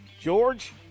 George